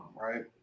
right